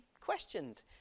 questioned